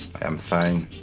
am fine.